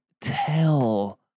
Tell